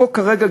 החוק כרגע,